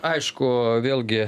aišku vėlgi